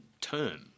term